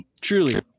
Truly